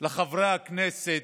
לחברי הכנסת,